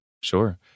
Sure